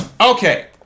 Okay